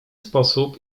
sposób